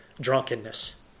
drunkenness